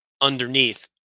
underneath